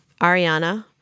Ariana